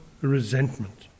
resentment